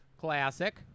classic